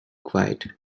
quiet